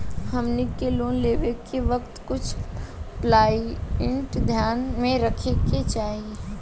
हमनी के लोन लेवे के वक्त कुछ प्वाइंट ध्यान में रखे के चाही